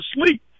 sleep